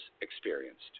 experienced